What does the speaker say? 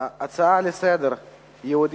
הצעות לסדר-היום מס' 3406,